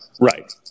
Right